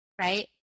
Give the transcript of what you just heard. right